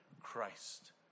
Christ